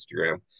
Instagram